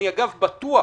אגב, אני בטוח